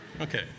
Okay